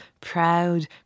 Proud